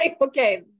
okay